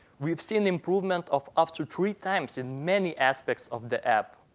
we've seen improvement of up to three times in many aspects of the app.